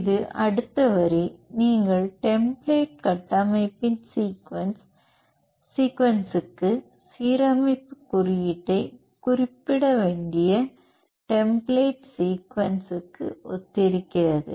இது அடுத்த வரி நீங்கள் டெம்ப்ளேட் கட்டமைப்பின் சீக்வென்ஸ் க்கு சீரமைப்பு குறியீட்டைக் குறிப்பிட வேண்டிய டெம்ப்ளேட் சீக்வென்ஸ் க்கு ஒத்திருக்கிறது